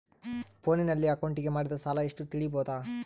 ಫೋನಿನಲ್ಲಿ ಅಕೌಂಟಿಗೆ ಮಾಡಿದ ಸಾಲ ಎಷ್ಟು ತಿಳೇಬೋದ?